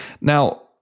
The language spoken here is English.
Now